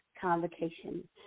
Convocation